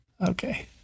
okay